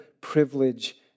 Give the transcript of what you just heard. privilege